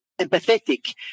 empathetic